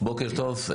בוקר טוב,